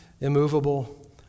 immovable